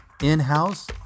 in-house